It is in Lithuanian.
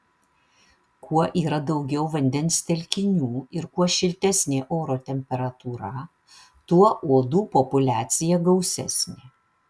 kuo yra daugiau vandens telkinių ir kuo šiltesnė oro temperatūra tuo uodų populiacija gausesnė